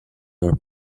are